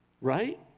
right